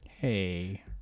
Hey